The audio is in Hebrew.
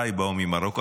הוריי באו ממרוקו,